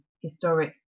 historic